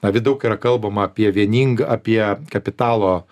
navi daug yra kalbama apie vieningą apie kapitalo